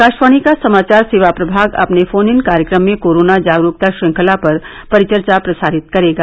आकाशवाणी का समाचार सेवा प्रभाग अपने फोन इन कार्यक्रम में कोरोना जागरूकता श्रृंखला पर परिचर्चा प्रसारित करेगा